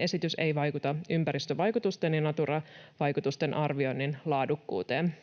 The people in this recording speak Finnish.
esitys ei vaikuta ympäristövaikutusten ja Natura-vaikutusten arvioinnin laadukkuuteen.